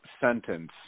sentence